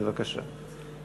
בבקשה.